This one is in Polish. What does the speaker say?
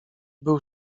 był